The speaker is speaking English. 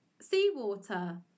seawater